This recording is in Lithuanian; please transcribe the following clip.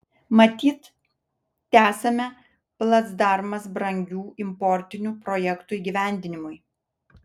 matyt tesame placdarmas brangių importinių projektų įgyvendinimui